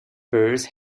birds